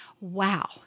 wow